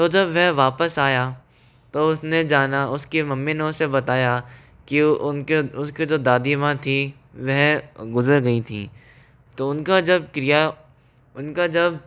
तो जब वह वापस आया तो उसने जाना उसके मम्मी ने उसे बताया कि उनके उसके जो दादी माँ थीं वह गुज़र गयी थीं तो उनका जब क्रिया उनका जब